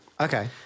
Okay